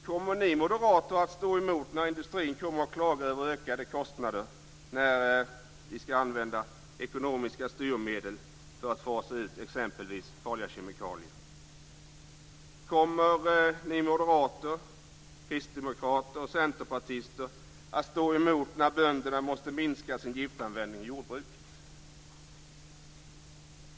Kommer ni moderater att stå emot när industrin kommer och klagar över ökade kostnader när vi ska använda ekonomiska styrmedel för att fasa ut t.ex. farliga kemikalier? Kommer ni moderater, kristdemokrater och centerpartister att stå emot när bönderna måste minska sin giftanvändning i jordbruket?